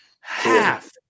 half